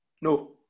No